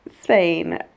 Spain